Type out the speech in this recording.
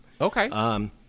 Okay